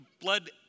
blood